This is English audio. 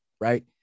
right